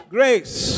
Grace